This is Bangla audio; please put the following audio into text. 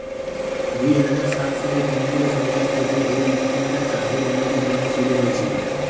দুই হাজার সাত সালে কেন্দ্রীয় সরকার থেকে এই স্কিমটা চাষের উন্নতির জন্যে শুরু হয়েছিল